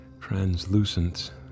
translucent